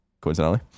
Coincidentally